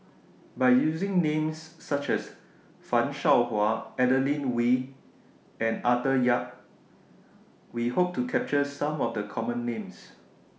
By using Names such as fan Shao Hua Adeline Ooi and Arthur Yap We Hope to capture Some of The Common Names